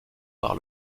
par